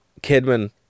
Kidman